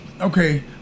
okay